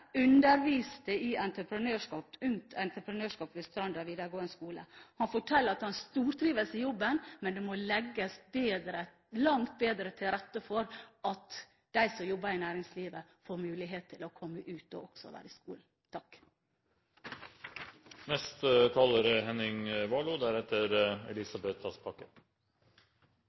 Han fortalte at han stortrives i jobben, men at det må legges langt bedre til rette for at de som jobber i næringslivet, får mulighet til å komme ut og også være i skolen. Det er påfallende at Stortingets største parti, Arbeiderpartiet, velger ikke å delta i denne debatten. I Høyre er